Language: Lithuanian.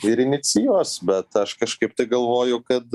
ir inicijuos bet aš kažkaip tai galvoju kad